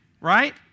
right